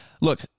look